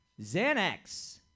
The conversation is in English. Xanax